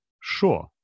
Sure